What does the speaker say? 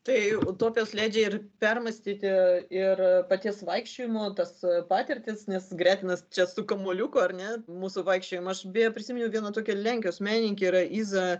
tai utopijos leidžia ir permąstyti ir paties vaikščiojimo tas patirtis nes gretinat čia su kamuoliuku ar ne mūsų vaikščiojimą aš beje prisiminiau vieną tokią lenkijos menininkė yra iza